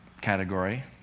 category